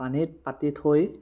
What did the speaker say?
পানীত পাতি থৈ